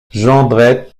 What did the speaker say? jondrette